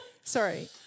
sorry